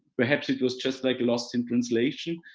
perhaps it was just like lost in translation.